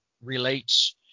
relates